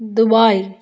Dubai